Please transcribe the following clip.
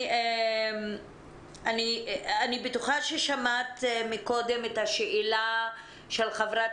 אני בטוחה ששמעת מקודם את השאלה של חברת